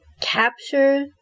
Capture